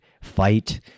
fight